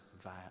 via